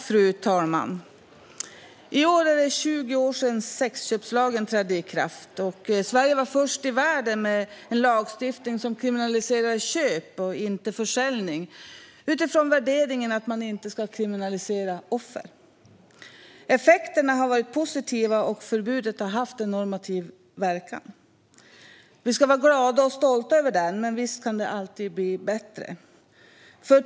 Fru talman! I år är det 20 år sedan sexköpslagen trädde i kraft. Sverige var först i världen med en lagstiftning som kriminaliserar köp, inte försäljning, utifrån värderingen att man inte ska kriminalisera offer. Effekterna har varit positiva, och förbudet har haft en normativ verkan. Vi ska vara glada och stolta över lagen, men visst kan det alltid bli bättre.